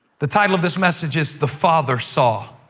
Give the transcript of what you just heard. the title of this message is the father saw.